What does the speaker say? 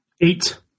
Eight